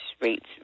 rates